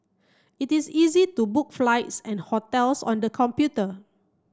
it is easy to book flights and hotels on the computer